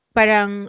parang